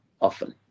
often